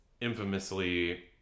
Infamously